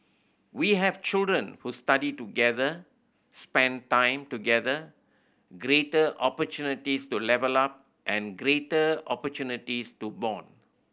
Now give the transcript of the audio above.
we have children who study together spent time together greater opportunities to level up and greater opportunities to bond